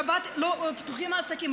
בשבת לא פתוחים העסקים,